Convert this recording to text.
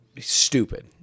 Stupid